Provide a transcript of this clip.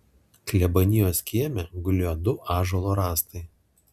klebonijos kieme gulėjo du ąžuolo rąstai